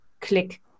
click